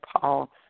Paul